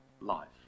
life